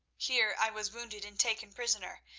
here i was wounded and taken prisoner.